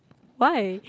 why